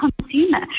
consumer